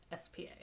SPA